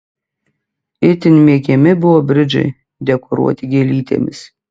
itin mėgiami buvo bridžai dekoruoti gėlytėmis